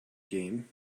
game